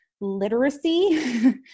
literacy